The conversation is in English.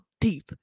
deep